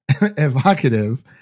evocative